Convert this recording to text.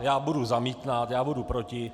Já budu zamítat, já budu proti.